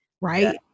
right